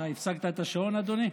הפסקת את השעון, אדוני?